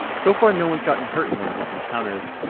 so far no one has gotten hurt in one of these encounters,